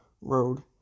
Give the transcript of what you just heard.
road